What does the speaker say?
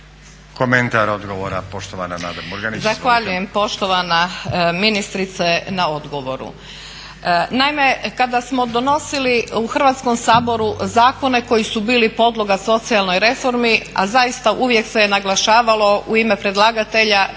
Komentar odgovora poštovana Nada Murganić.